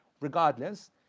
Regardless